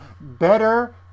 better